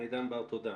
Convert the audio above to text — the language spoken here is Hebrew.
מידן בר, תודה.